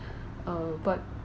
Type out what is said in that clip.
uh but